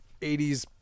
80s